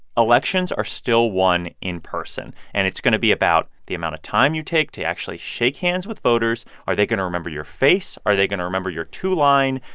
elections are still won in person, and it's going to be about the amount of time you take to actually shake hands with voters. are they going to remember your face? are they going to remember your two-line,